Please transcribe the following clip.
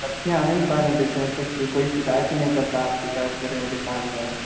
सबके यहाँ नहीं पानी देते हैं कोई शिकायत ही नहीं करता आप सिकायत कर रहे हैं कि पानी है